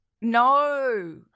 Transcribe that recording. No